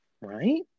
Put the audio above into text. Right